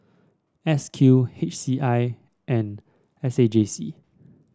S Q H C I and S A J C